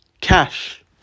cash